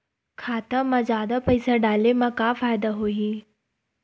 खाता मा जादा पईसा डाले मा का फ़ायदा होही?